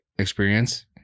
experience